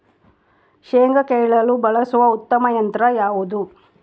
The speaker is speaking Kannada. ಶೇಂಗಾ ಕೇಳಲು ಬಳಸುವ ಉತ್ತಮ ಯಂತ್ರ ಯಾವುದು?